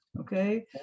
Okay